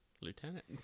Lieutenant